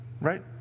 right